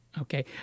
Okay